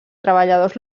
treballadors